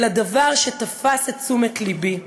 אלא דבר שתפס את תשומת לבי.